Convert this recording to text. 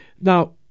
Now